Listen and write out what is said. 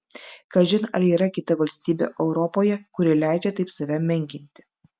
kažin ar yra kita valstybė europoje kuri leidžia taip save menkinti